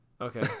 Okay